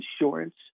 insurance